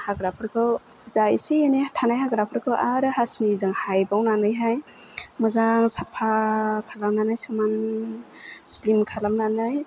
हाग्राफोरखौ जाय एसे एनै थानाय हाग्राफोरखौ आरो हासिनिजों हायबावनानैहाय मोजां साफा खालामनानै समान सिलिम खालामनानै